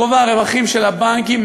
גובה הרווחים של הבנקים.